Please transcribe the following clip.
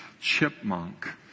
chipmunk